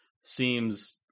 seems